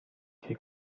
che